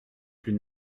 plus